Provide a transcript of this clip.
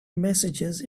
messages